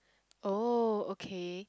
oh okay